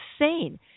insane